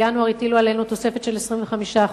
בינואר הטילו עלינו תוספת של 25%,